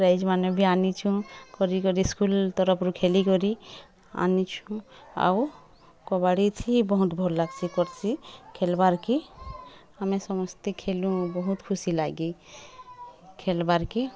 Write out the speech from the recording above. ପ୍ରାଇଜ୍ମାନେ ବି ଆନିଛୁଁ କରିକରି ସ୍କୁଲ୍ ତରଫରୁ ଖେଲିକରି ଆନିଛୁଁ ଆଉ କବାଡ଼ିଥି ବହୁଁତ୍ ଭଲ୍ ଲାଗ୍ସି କର୍ସି ଖେଲ୍ବାରକେ ଆମେ ସମସ୍ତେ ଖେଲୁଁ ବହୁତ୍ ଖୁସି ଲାଗେ ଖେଲ୍ବାରକେ